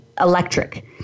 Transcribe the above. electric